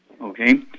Okay